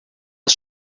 was